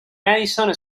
madison